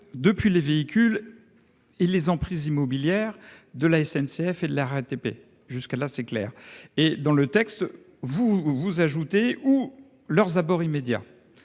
depuis les véhicules. Et les emprises immobilières de la SNCF et de la RATP. Jusque là c'est clair et dans le texte. Vous, vous ajoutez ou leurs abords immédiats.